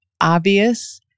Obvious